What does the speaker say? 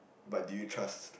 but do you trust